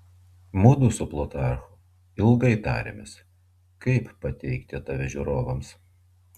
mudu su plutarchu ilgai tarėmės kaip pateikti tave žiūrovams